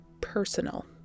personal